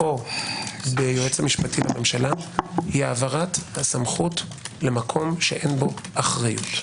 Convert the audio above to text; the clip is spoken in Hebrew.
או ליועץ המשפטי לממשלה היא העברת הסמכות למקום שאין בו אחריות.